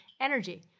energy